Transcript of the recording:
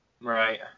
Right